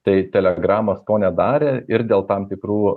tai telegramas to nedarė ir dėl tam tikrų